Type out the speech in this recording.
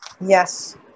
Yes